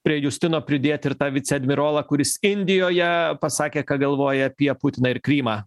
prie justino pridėti ir tą viceadmirolą kuris indijoje pasakė ką galvoja apie putiną ir krymą